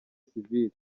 sivile